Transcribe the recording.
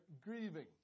grieving